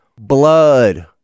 blood